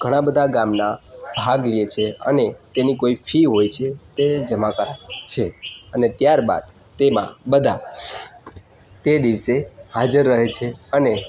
ઘણા બધા ગામના ભાગ લે છે અને તેની કોઈ ફી હોય છે તેને જમા કરાવે છે અને ત્યારબાદ તેમાં બધા તે દિવસે હાજર રહે છે અને